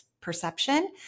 perception